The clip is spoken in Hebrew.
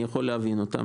ואני יכול להבין אותם.